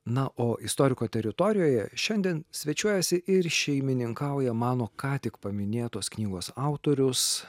na o istoriko teritorijoje šiandien svečiuojasi ir šeimininkauja mano ką tik paminėtos knygos autorius